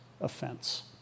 offense